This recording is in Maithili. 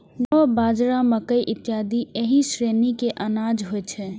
जौ, बाजरा, मकइ इत्यादि एहि श्रेणी के अनाज होइ छै